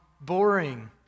boring